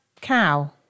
cow